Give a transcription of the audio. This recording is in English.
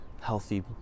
healthy